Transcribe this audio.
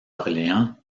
orléans